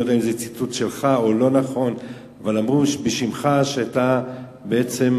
אני לא יודע אם זה ציטוט